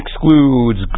excludes